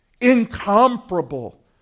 incomparable